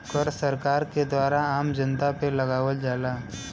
कर सरकार के द्वारा आम जनता पे लगावल जाला